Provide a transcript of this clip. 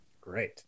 Great